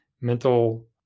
mental